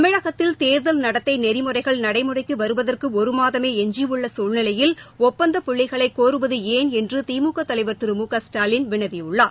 தமிழகத்தில் தேர்தல் நடத்தை நெறிமுறைகள் நடைமுறைக்கு வருவதற்கு ஒரு மாதமே எஞ்சியுள்ள சூழ்நிலையில் ஒப்பந்தப்புள்ளிகளை கோருவது ஏன் என்று திமுக தலைவர் திரு மு க ஸ்டாலின் வினவியுள்ளார்